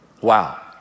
Wow